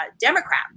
Democrat